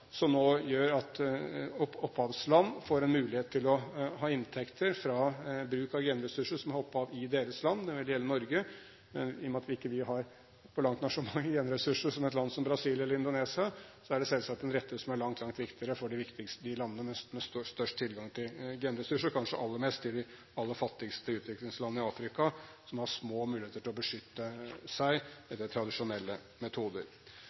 som nå gjør at opphavsland får en mulighet til å ha inntekter fra bruk av egne genressurser. Det vil gjelde Norge, men i og med at vi ikke har på langt nær så mange genressurser som land som Brasil eller Indonesia, er det selvsagt en rett som er langt, langt viktigere for de landene med størst tilgang til genressurser, kanskje aller mest for de aller fattigste utviklingsland i Afrika, som har små muligheter til å beskytte seg etter tradisjonelle metoder.